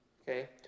okay